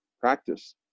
practice